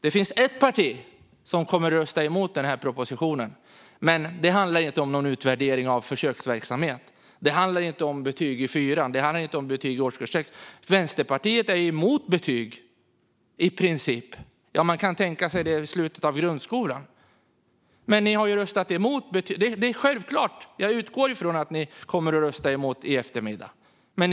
Det finns ett parti som kommer att rösta emot propositionen, men det handlar inte om någon utvärdering av försöksverksamhet eller om betyg i årskurs 4 eller årskurs 6. I Vänsterpartiet är man i princip emot betyg, även om man kanske kan tänka sig det i slutet av grundskolan. Jag utgår ifrån att man kommer att rösta emot detta i eftermiddag - självklart.